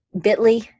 bit.ly